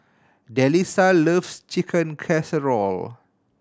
Delisa loves Chicken Casserole